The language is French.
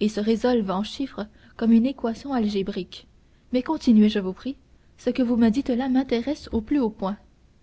et se résolvent en chiffres comme une équation algébrique mais continuez je vous prie ce que vous me dites m'intéresse au plus haut point